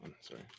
sorry